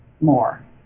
more